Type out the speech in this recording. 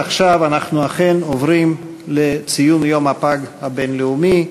עכשיו אנחנו אכן עוברים לציון יום הפג הבין-לאומי,